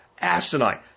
asinine